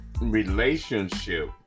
relationship